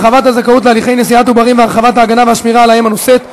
הרחבת הזכאות להליכי נשיאת עוברים והרחבת ההגנה והשמירה על האם הנושאת),